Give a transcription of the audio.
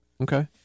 Okay